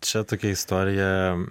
čia tokia istorija